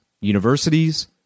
Universities